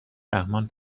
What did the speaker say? رحمان